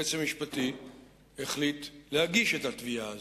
היועץ המשפטי החליט להגיש את התביעה הזאת.